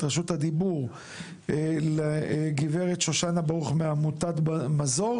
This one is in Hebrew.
רשות הדיבור לגברת שושנה ברוך מעמותת מזור